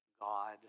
God